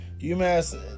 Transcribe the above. UMass